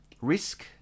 risk